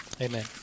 Amen